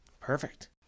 Perfect